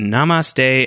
Namaste